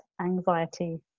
anxiety